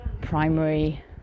primary